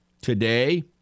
Today